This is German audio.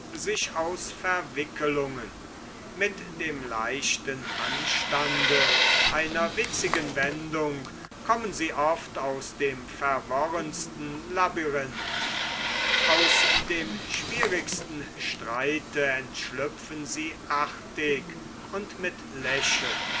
sich aus verwickelungen mit dem leichten anstande einer witzigen wendung kommen sie oft aus dem verworrensten labyrinth aus dem schwierigsten streite entschlüpfen sie artig und mit lächeln